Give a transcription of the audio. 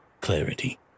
Clarity